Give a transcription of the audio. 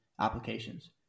applications